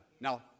Now